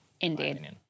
Indeed